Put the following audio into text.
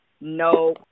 No